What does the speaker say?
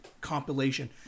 compilation